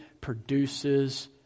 produces